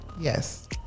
yes